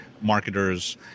marketers